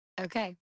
Okay